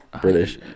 British